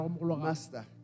Master